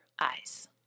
eyes